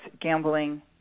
Gambling